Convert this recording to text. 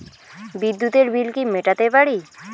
বিদ্যুতের বিল কি মেটাতে পারি?